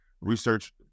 research